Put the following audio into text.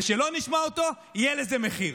וכשלא נשמע אותו, יהיה לזה מחיר.